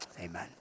Amen